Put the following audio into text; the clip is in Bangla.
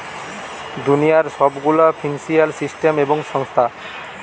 দুনিয়ার সব গুলা ফিন্সিয়াল সিস্টেম এবং সংস্থা